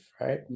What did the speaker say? right